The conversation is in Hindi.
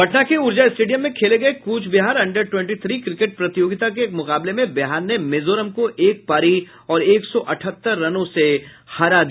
पटना के ऊर्जा स्टेडियम में खेले गये Cooch Behar under twenty three cricket प्रतियोगिता के एक मुकाबले में बिहार ने मिजोरम को एक पारी और एक सौ अठहत्तर रनों से हरा दिया